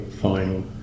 final